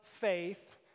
faith